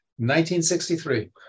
1963